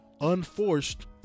unforced